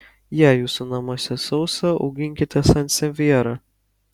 jei jūsų namuose sausa auginkite sansevjerą